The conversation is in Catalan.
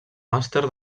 màster